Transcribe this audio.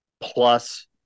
plus